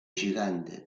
gigante